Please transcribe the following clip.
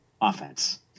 offense